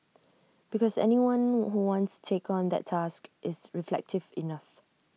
because anyone who wants take on that task is reflective enough